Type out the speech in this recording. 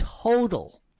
total